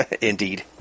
Indeed